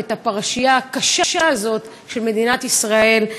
את הפרשייה הקשה הזאת של מדינת ישראל,